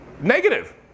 negative